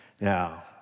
Now